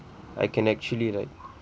I can actually like